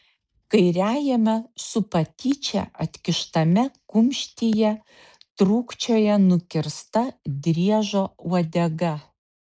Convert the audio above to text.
kairiajame su patyčia atkištame kumštyje trūkčioja nukirsta driežo uodega